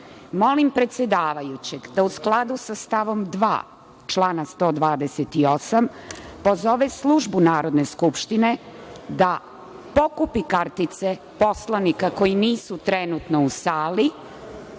Molim predsedavajućeg da u skladu sa stavom 2. člana 128. pozove službu Narodne skupštine da pokupi kartice poslanika koji nisu trenutno u sali,